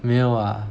没有 ah